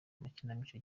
amakinamico